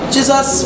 Jesus